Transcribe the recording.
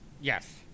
Yes